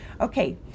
okay